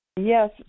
Yes